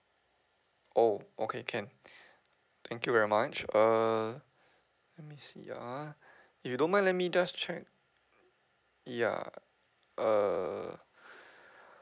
oh okay can thank you very much err let me see ah you don't mind let me just check yeah err